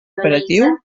operatiu